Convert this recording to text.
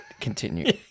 Continue